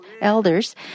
elders